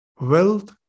wealth